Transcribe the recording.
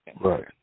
Right